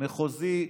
מחוזי,